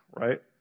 right